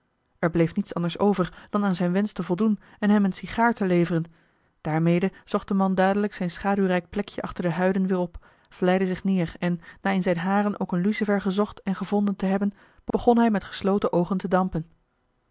er bleef niets anders over dan aan zijn wensch te voldoen en hem eene sigaar te geven daarmee zocht de man dadelijk zijn schaduwrijk plekje achter de huiden weer op vlijde zich neer en na in zijne haren ook een lucifer gezocht en gevonden te hebben begon hij met gesloten oogen te dampen